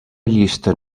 llista